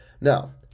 Now